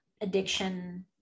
addiction